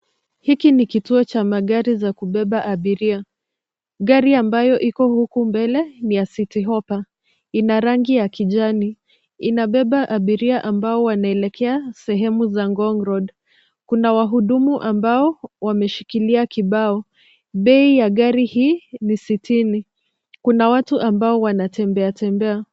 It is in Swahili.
Hiki ni kituo cha magari ya kubeba abiria. Gari ambayo iko huku mbele, ni ya citi hoppa. Ina rangi ya kijani. Inabeba abiria ambao wanaelekea sehemu za Ngong road. Kuna wahudumu ambao wameshikilia kibao. Bei ya gari hii, ni sitini. Kuna watu ambao wanatembeatembea.